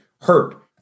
hurt